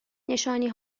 نشانی